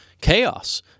chaos